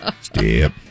step